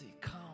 Come